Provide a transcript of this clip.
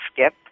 skip